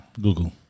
Google